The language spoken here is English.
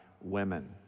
women